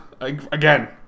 Again